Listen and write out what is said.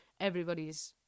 everybody's